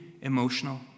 emotional